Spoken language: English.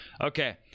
Okay